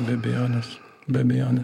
be abejonės be abejonė